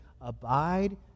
Abide